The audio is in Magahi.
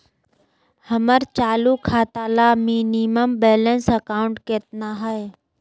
हमर चालू खाता ला मिनिमम बैलेंस अमाउंट केतना हइ?